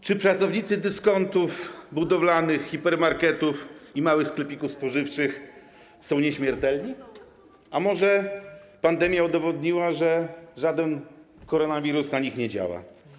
Czy pracownicy dyskontów budowlanych, hipermarketów i małych sklepików spożywczych są nieśmiertelni, a może pandemia udowodniła, że żaden koronawirus na nich nie działa?